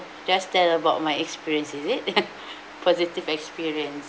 just share about my experience is it positive experience